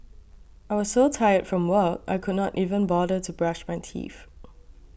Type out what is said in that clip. I was so tired from work I could not even bother to brush my teeth